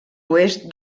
oest